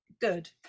good